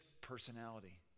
personality